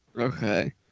Okay